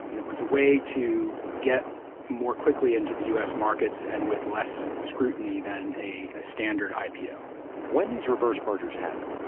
and it was a way to get more quickly into the u s. markets and with less scrutiny than a standard ah ipo when these reverse mergers happen,